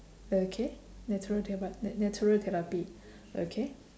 okay natural therap~ nat~ natural therapy okay